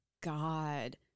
God